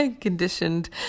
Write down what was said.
conditioned